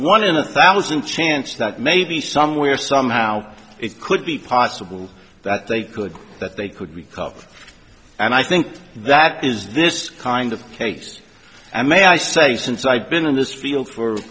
one in a thousand chance that maybe somewhere somehow it could be possible that they could that they could recover and i think that is this kind of case and may i say since i've been in this field for